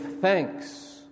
thanks